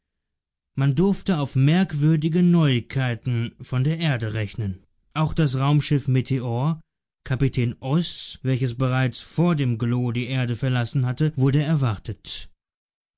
man durfte auf merkwürdige neuigkeiten von der erde rechnen auch das raumschiff meteor kapitän oß welches bereits vor dem glo die erde verlassen hatte wurde erwartet